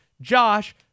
Josh